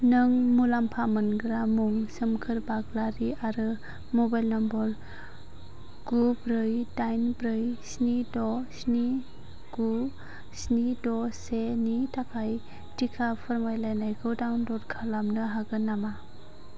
नों मुलाम्फा मोनग्रा मुं सोमखोर बाग्लारि आरो मबाइल नम्बर गु ब्रै दाइन ब्रै स्नि द' स्नि गु स्नि द' से नि थाखाय टिका फोरमाय लायनायखौ डाउनलड खालामनो हागोन नामा